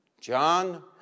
John